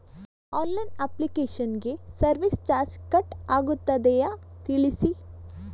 Online application ಗೆ service charge cut ಆಗುತ್ತದೆಯಾ ತಿಳಿಸಿ?